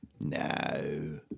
No